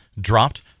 dropped